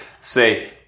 say